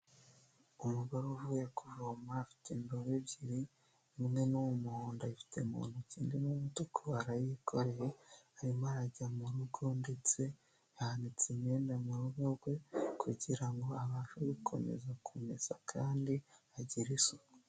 Umugore uvuye kuvoma afite indobo ebyiri imwe ni umuhondo ayifite mu ntoki, indi ni umutuku arayikoreye arimo arajya mu rugo ndetse hanitse imyenda mu rugo rwe kugira ngo abashe gukomeza kumesa kandi agire isuku.